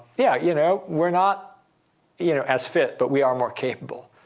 yeah, you know we're not you know as fit, but we are more capable.